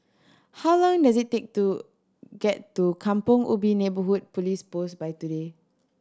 how long does it take to get to Kampong Ubi Neighbourhood Police Post by